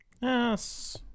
Yes